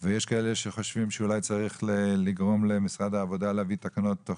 ויש כאלה שחושבים שאולי צריך לגרום למשרד העבודה להביא תקנות תוך